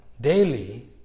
daily